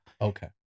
Okay